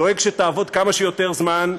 דואג שתעבוד כמה שיותר זמן,